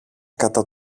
κατά